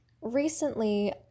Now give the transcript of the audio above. Recently